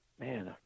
man